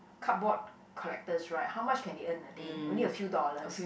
cardboard collectors right how much can they earn a day only a few dollars